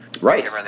Right